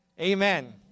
Amen